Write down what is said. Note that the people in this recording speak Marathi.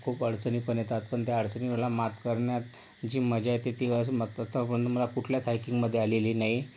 खूप अडचणी पण येतात पण त्या अडचणीला मात करण्यात जी मजा येते ती आत्तापर्यंत मला कुठल्याच हाईकिंगमध्ये आलेली नाही